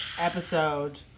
episode